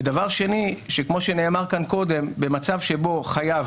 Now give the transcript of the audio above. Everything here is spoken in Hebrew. דבר שני, כמו שנאמר כאן קודם, במצב שבו חייב